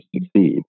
succeed